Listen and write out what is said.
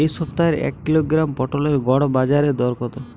এ সপ্তাহের এক কিলোগ্রাম পটলের গড় বাজারে দর কত?